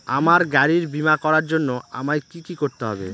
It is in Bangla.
আমার গাড়ির বীমা করার জন্য আমায় কি কী করতে হবে?